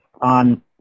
on